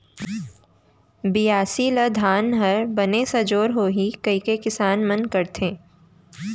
बियासी ल धान ह बने सजोर होही कइके किसान मन करथे